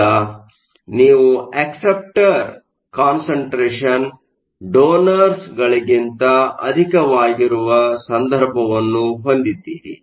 ಈಗ ನೀವು ಅಕ್ಸೆಪ್ಟರ್ಗಳ ಕಾನ್ಸಂಟ್ರೇಷನ್ ಡೋನರ್ಸ್ಗಳಿಗಿಂತ ಅಧಿಕವಾಗಿರುವ ಸಂದರ್ಭವನ್ನು ಹೊಂದಿದ್ದೀರಿ